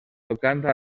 tocant